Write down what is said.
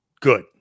good